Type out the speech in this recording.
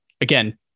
again